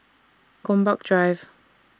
Gombak Drive